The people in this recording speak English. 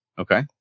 okay